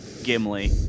Gimli